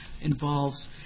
involves